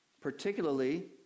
particularly